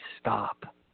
stop